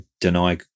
deny